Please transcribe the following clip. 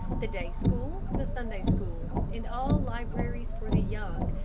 the day-school, the sunday-school, and all libraries for the young,